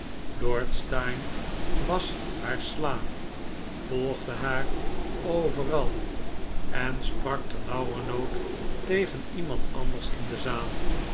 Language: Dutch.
lord steyne was haar slaaf volgde haar overal en sprak ternauwernood tegen iemand anders in de zaal